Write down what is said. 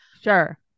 Sure